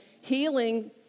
healing